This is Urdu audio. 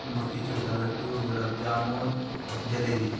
موتی چور کا لڈو گلاب جامن جلیبی